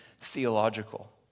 theological